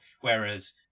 Whereas